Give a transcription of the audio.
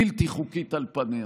בלתי חוקית על פניה,